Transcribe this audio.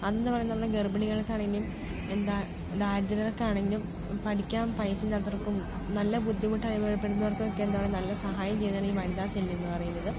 അതെന്ന് പറയുന്നത് നമ്മുടെ ഗർഭിണികൾക്കാണെങ്കിലും എന്താണ് ദരിദ്രർക്കാണെങ്കിലും പഠിക്കാൻ പൈസയില്ലാത്തവർക്കും നല്ല ബുദ്ധിമുട്ട് അനുഭവപ്പെടുന്നവർക്കുമൊക്കെ എന്താണ് പറയുക നല്ല സഹായം ചെയ്യുന്നതാണ് ഈ വനിത സെല്ലെന്ന് പറയുന്നത്